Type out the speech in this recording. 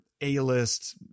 A-list